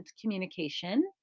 communication